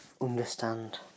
understand